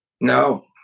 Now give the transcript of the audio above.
No